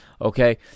okay